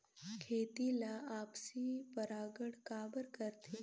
खेती ला आपसी परागण काबर करथे?